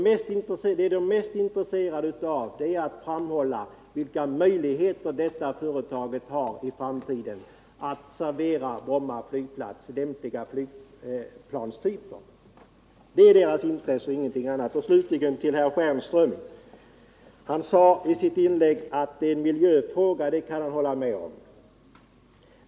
Man är mest intresserad av att framhålla vilka möjligheter man i framtiden har att ge Bromma lämpliga flygplanstyper. Det är deras intresse och ingenting annat. Herr Stjernström sade i sitt inlägg att detta är en miljöfråga. Det kan jag hålla med om.